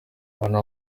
abantu